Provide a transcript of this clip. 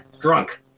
drunk